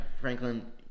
Franklin